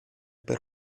per